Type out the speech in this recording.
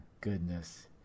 goodness